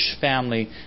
family